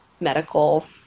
medical